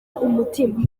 umutima